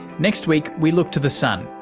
next week we look to the sun,